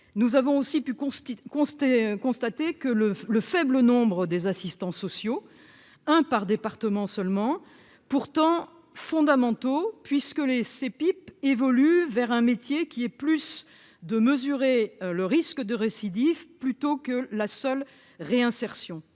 qu'on tait constater que le le faible nombre des assistants sociaux, un par département seulement pourtant fondamentaux puisque les ces pipes évolue vers un métier qui est plus de mesurer le risque de récidive, plutôt que la seule réinsertion